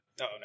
no